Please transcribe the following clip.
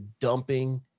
dumping